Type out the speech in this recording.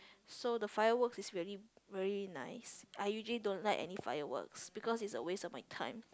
so the firework is really really nice I usually don't like any fireworks because it's a waste my time